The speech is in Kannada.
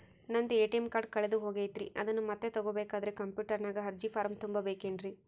ನಂದು ಎ.ಟಿ.ಎಂ ಕಾರ್ಡ್ ಕಳೆದು ಹೋಗೈತ್ರಿ ಅದನ್ನು ಮತ್ತೆ ತಗೋಬೇಕಾದರೆ ಕಂಪ್ಯೂಟರ್ ನಾಗ ಅರ್ಜಿ ಫಾರಂ ತುಂಬಬೇಕನ್ರಿ?